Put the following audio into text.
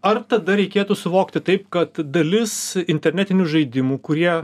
ar tada reikėtų suvokti taip kad dalis internetinių žaidimų kurie